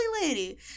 lady